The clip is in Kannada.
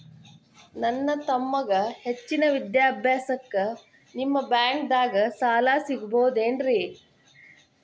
ನನ್ನ ತಮ್ಮಗ ಹೆಚ್ಚಿನ ವಿದ್ಯಾಭ್ಯಾಸಕ್ಕ ನಿಮ್ಮ ಬ್ಯಾಂಕ್ ದಾಗ ಸಾಲ ಸಿಗಬಹುದೇನ್ರಿ?